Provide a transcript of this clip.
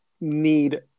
need